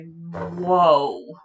whoa